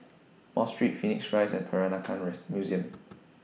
Mosque Street Phoenix Rise and Peranakan Museum